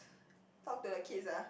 talk to the kids ah